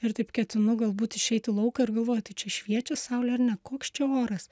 ir taip ketinu galbūt išeit į lauką ir galvoju tai čia šviečia saulė ar ne koks čia oras